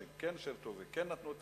שכן שירתו וכן נתנו,